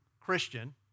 Christian